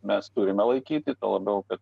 mes turime laikyti tuo labiau kad